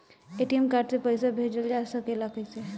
ATM card से पइसा भेजल जा सकेला कइसे?